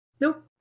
Nope